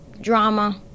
drama